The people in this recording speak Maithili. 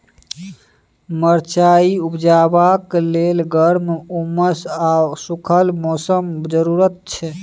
मरचाइ उपजेबाक लेल गर्म, उम्मस आ सुखल मौसमक जरुरत छै